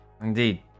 Indeed